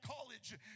college